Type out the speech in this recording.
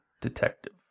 detective